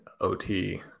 ot